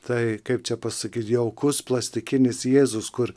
tai kaip čia pasakyt jaukus plastikinis jėzus kur